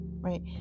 right